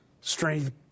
strength